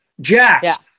Jack